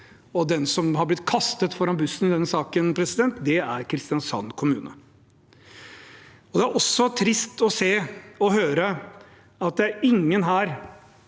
og den som har blitt kastet foran bussen i denne saken, er Kristiansand kommune. Det er også trist å se og høre at ingen her